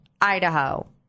Idaho